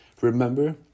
Remember